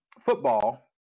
football